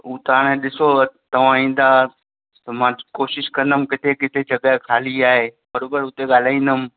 हू त हाणे ॾिसो तव्हां ईंदा त मां कोशिशि कंदमि किथे किथे जॻहि ख़ाली आहे बरोबरु उते ॻाल्हाईंदमि